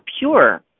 pure